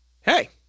Hey